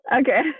Okay